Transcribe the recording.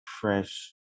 fresh